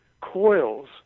coils